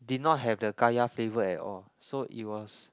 did not have the kaya flavor at all so it was